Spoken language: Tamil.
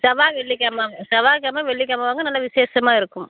செவ்வாய் வெள்ளிக் கிலமங்க செவ்வாய் கிலம வெள்ளிக் கிலம தாங்க நல்லா விஷேசமாக இருக்கும்